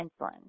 insulin